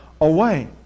away